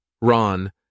Ron